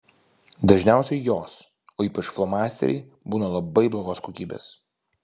dažniausiai jos o ypač flomasteriai būna labai blogos kokybės